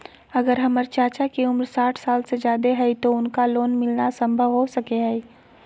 अगर हमर चाचा के उम्र साठ साल से जादे हइ तो उनका लोन मिलना संभव हो सको हइ?